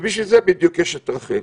ובשביל זה בדיוק יש את רח"ל.